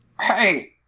Hey